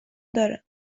داره